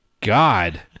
God